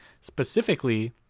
Specifically